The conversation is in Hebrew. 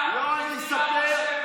אני אספר,